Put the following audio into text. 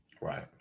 Right